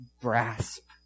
grasp